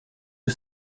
des